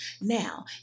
Now